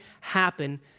happen